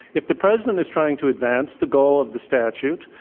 if the president is trying to advance the goal of the statute,